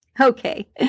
Okay